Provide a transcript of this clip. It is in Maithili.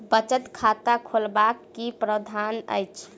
बचत खाता खोलेबाक की प्रावधान अछि?